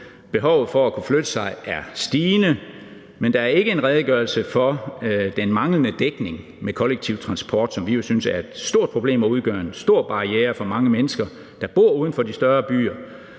behovet for at kunne flytte sig er stigende, men der er ikke en redegørelse for den manglende dækning med kollektiv transport, som vi jo synes udgør en stor barriere for mange mennesker, der bor uden for de større byer,